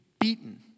beaten